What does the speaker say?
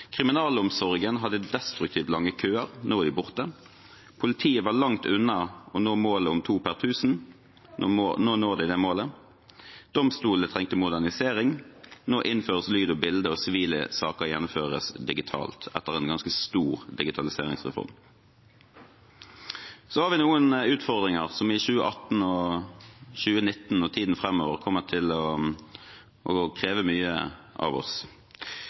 Kriminalomsorgen hadde destruktivt lange køer, nå er de borte. Politiet var langt unna målet om 2 per 1 000, nå når vi det målet. Domstolene trengte modernisering, nå innføres lyd og bilde, og sivile saker gjennomføres digitalt etter en ganske stor digitaliseringsreform. Så har vi noen utfordringer som i 2018 og 2019 og tiden framover kommer til å kreve mye av oss.